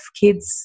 kids